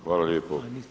Hvala lijepo.